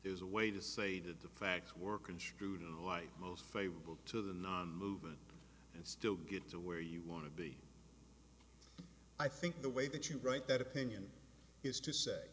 there is a way to say to the fact we're construed in the light most favorable to the movement and still get to where you want to be i think the way that you write that opinion is to say